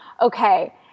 okay